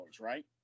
right